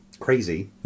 Crazy